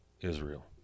Israel